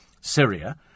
Syria